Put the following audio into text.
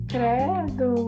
Credo